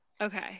Okay